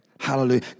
Hallelujah